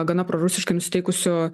gana prorusiškai nusiteikusių